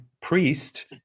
priest